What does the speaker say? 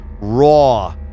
Raw